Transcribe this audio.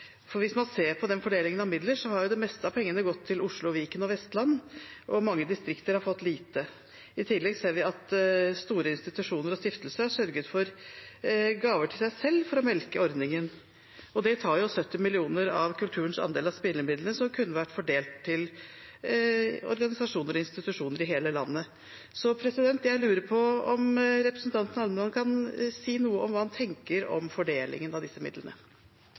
Hvis man ser på fordelingen av midler, har det meste av pengene gått til Oslo, Viken og Vestland, og mange distrikter har fått lite. I tillegg ser vi at store institusjoner og stiftelser har sørget for gaver til seg selv for å melke ordningen. De tar også 70 mill. kr av kulturens andel av spillemidlene, som kunne vært fordelt til organisasjoner og institusjoner i hele landet. Så jeg lurer på om representanten Almeland kan si noe om hva han tenker om fordelingen av disse midlene.